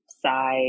side